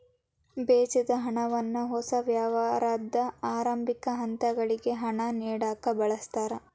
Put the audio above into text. ಬೇಜದ ಹಣವನ್ನ ಹೊಸ ವ್ಯವಹಾರದ ಆರಂಭಿಕ ಹಂತಗಳಿಗೆ ಹಣ ನೇಡಕ ಬಳಸ್ತಾರ